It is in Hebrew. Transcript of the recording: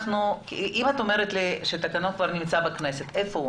אם את אומרת לי שהתקנות כבר נמצאות בכנסת איפה זה?